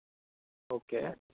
okay